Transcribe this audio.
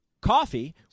coffee